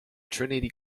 trinity